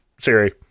Siri